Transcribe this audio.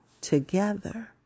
together